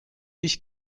ich